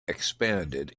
expanded